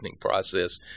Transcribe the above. process